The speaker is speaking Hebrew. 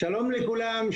שלום לכולם,